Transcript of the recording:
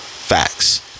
Facts